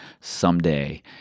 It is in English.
someday